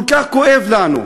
כל כך כואב לנו.